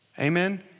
Amen